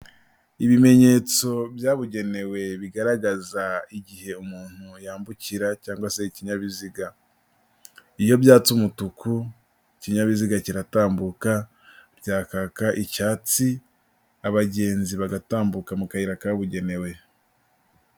Ibimenyetso byabugenewe bigaragaza igihe umuntu yambukira cg se ikinyabiziga, iyo byatse umutuku kinyabiziga kiratambuka, byakaka icyatsi abagenzi bagatambuka mu kayira kabugenewe.